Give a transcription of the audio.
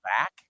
back